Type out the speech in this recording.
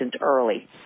early